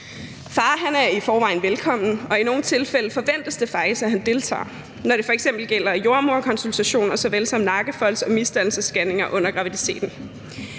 Far er i forvejen velkommen, og i nogle tilfælde forventes det faktisk, at han deltager, når det f.eks. gælder jordemoderkonsultationer såvel som nakkefolds- og misdannelsesscanninger under graviditeten.